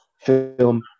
film